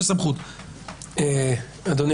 אדוני